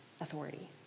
authority